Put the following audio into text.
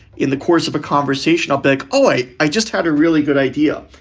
in the course of a conversation, a big boy, i just had a really good idea.